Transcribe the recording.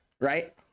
right